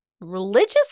religious